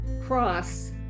cross